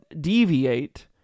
deviate